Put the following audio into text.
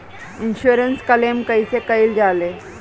Insurance claim कइसे कइल जा ले?